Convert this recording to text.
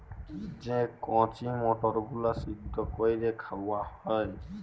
যে কঁচি মটরগুলা সিদ্ধ ক্যইরে খাউয়া হ্যয়